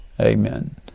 Amen